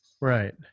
Right